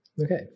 Okay